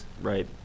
Right